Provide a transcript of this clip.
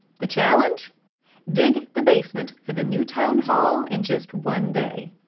the challenge dig the basement for the new town hall in just one day.